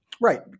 Right